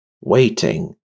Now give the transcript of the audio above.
waiting